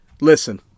Listen